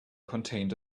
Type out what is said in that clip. contained